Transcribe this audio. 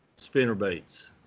spinnerbaits